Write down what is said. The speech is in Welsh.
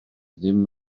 ddim